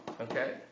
okay